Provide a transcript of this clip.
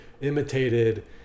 imitated